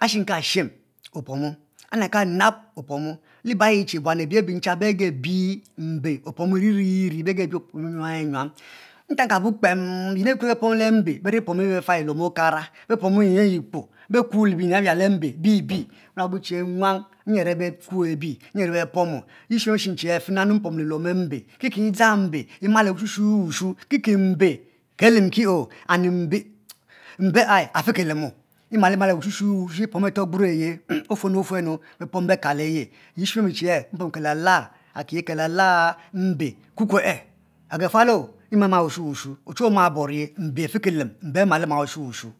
ashim ka shim opom anab kanab opomo liba ayi che buan abiye abe ncha be ge malo opomo mbe ri ri ri befebi opomo nyuam nyuam nyuam atan kabo kpem nyin ayi ni opomo le mbe beri opm befali luom okara bepomo nyin ayi kpoo bekuo binyin abia bibi nrua bo che nwang nyi are be kuo oi nyi be pomo eshim ashi che e kiki dzang mbe emale wushu wushu kiki dzang mbe ki ki mbe akemki o mbe a afeki lemu emaki male wushu wushui are ajburo ayi yi shim emi che e mpomo ke la lo mbe ku kue agufualo ochuwue oma boni yi mbe afe ki lem ama ma wushu wushu